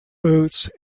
boots